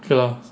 okay lah